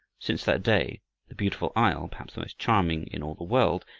since that day the beautiful isle, perhaps the most charming in all the world,